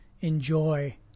enjoy